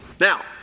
Now